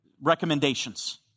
recommendations